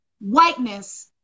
whiteness